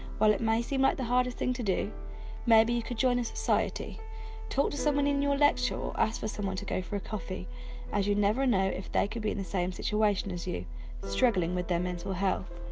while it may seem like the hardest thing to do maybe you could join a society talk to someone in your lecture, ask for someone to go for a coffee as you never know if they could be in the same situation as you struggling with their mental health